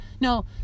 no